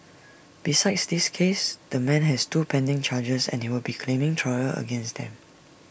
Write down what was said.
besides this case the man has two pending charges and he will be claiming trial against them